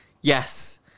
yes